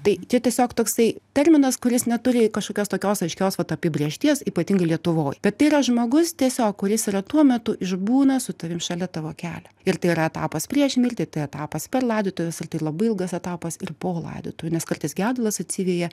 tai čia tiesiog toksai terminas kuris neturi kažkokios tokios aiškios vat apibrėžties ypatingai lietuvoj bet tai yra žmogus tiesiog kuris yra tuo metu išbūna su tavim šalia tavo kelią ir tai yra etapas prieš mirtį tai etapas per laidotuves ir tai labai ilgas etapas ir po laidotuvių nes kartais gedulas atsiveja